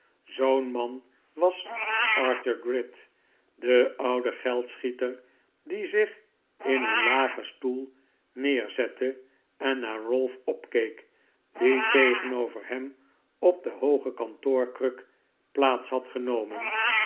zoo'n man was arthur gride de oude geldschieter die zich in een lagen stoel neerzette en naar ralph opkeek die tegenover hem op de hooge kantoorkruk plaats had genomen